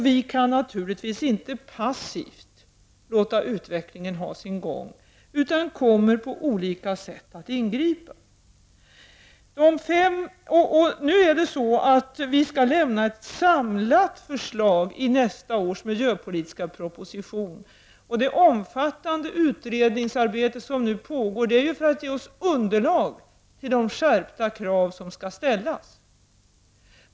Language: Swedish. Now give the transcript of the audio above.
Vi kan naturligtvis inte passivt låta utvecklingen ha sin gång utan kommer att ingripa på olika sätt. Vi skall framlägga ett samlat förslag i nästa års miljöpolitiska proposition, och det omfattande utredningsarbete som nu pågår sker för att ge oss underlag för de skärpta krav som skall ställas.